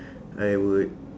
I would